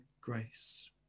grace